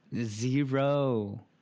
Zero